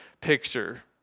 picture